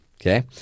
Okay